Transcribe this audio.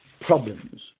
Problems